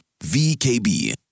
VKB